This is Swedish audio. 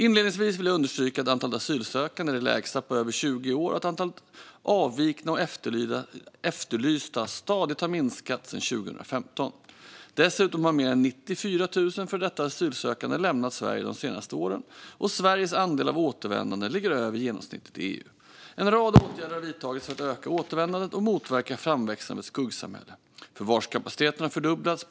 Inledningsvis vill jag understryka att antalet asylsökande är det lägsta på över 20 år och att antalet avvikna och efterlysta stadigt har minskat sedan 2015. Dessutom har mer än 94 000 före detta asylsökande lämnat Sverige de senaste åren, och Sveriges andel återvändande ligger över genomsnittet i EU. En rad åtgärder har vidtagits för att öka återvändandet och motverka framväxten av ett skuggsamhälle. Förvarskapaciteten har fördubblats.